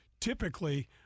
Typically